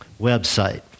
website